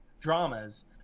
dramas